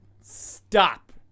Stop